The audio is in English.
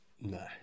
no